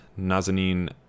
Nazanin